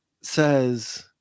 says